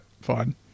fine